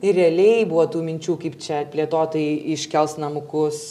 ir realiai buvo tų minčių kaip čia plėtotojai iškels namukus